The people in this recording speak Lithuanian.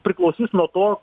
priklausys nuo to